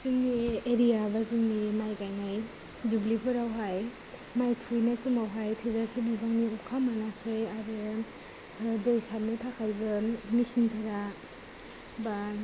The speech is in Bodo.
जोंनि एरिया एबा जोंनि माइ गायनाय दुब्लिफोरावहाय माइ खुहैनाय समावहाय थोजासे बिबांनि अखा मोनाखै आरो दै सारनो थाखायबो मेचिन भारा बा